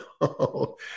no